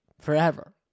forever